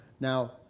Now